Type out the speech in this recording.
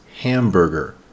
hamburger